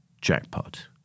jackpot